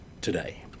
today